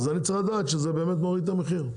אז אני רוצה לדעת שזה באמת מוריד את המחיר.